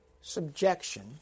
subjection